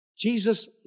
Jesus